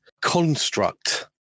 construct